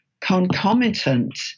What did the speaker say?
concomitant